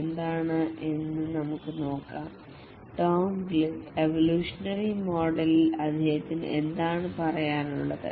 Glib evolutionary മോഡലിൽ അദ്ദേഹത്തിന് എന്താണ് പറയാനുള്ളത്